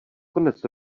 konec